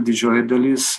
didžioji dalis